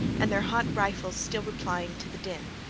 and their hot rifles still replying to the din.